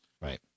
Right